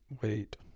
wait